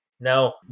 Now